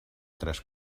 tres